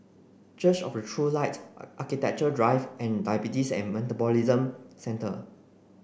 Church of the True Light Architecture Drive and Diabetes and Metabolism Centre